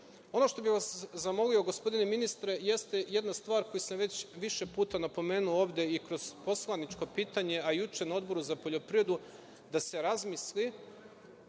što bih vas zamolio, gospodine ministre, jeste jedna stvar koju sam već više puta napomenuo ovde i kroz poslanička pitanja, a juče na Odboru za poljoprivredu, da se razmisli